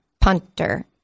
punter